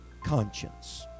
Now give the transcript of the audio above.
conscience